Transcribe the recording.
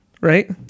Right